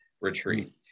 retreat